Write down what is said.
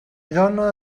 dona